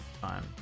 time